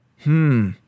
Hmm